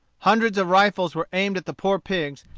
hundreds of rifles were aimed at the poor pigs,